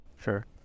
Sure